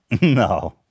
No